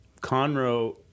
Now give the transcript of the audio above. Conroe